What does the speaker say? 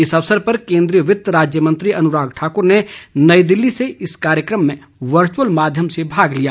इस अवसर पर केंद्रीय वित्त राज्य मंत्री अनुराग ठाकुर ने नई दिल्ली से इस कार्यकम में वर्चुअल माध्यम से भाग लिया